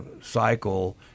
cycle